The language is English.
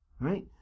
right